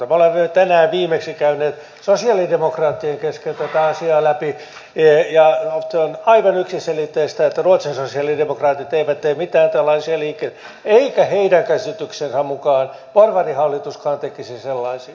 me olemme tänään viimeksi käyneet sosialidemokraattien kesken tätä asiaa läpi ja on aivan yksiselitteistä että ruotsin sosialidemokraatit eivät tee mitään tällaisia liikkeitä eikä heidän käsityksensä mukaan porvarihallituskaan tekisi sellaisia